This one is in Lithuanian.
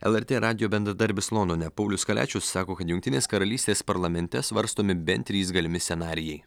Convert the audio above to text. lrt radijo bendradarbis londone paulius kaliačius sako kad jungtinės karalystės parlamente svarstomi bent trys galimi scenarijai